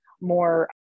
more